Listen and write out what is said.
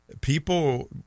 people